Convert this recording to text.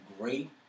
great